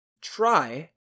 Try